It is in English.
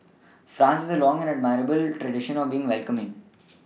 France has a long and admirable tradition of being welcoming